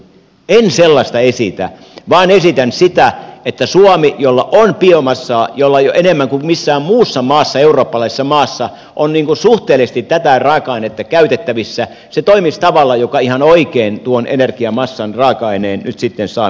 en sellaista esitä vaan esitän sitä että suomi jolla on biomassaa enemmän kuin missään muussa eurooppalaisessa maassa ikään kuin suhteellisesti tätä raaka ainetta käytettävissä toimisi tavalla joka ihan oikein tuon energiamassan raaka aineen nyt myöskin saa sitten käyttöön